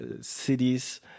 cities